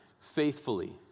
faithfully